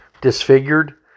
disfigured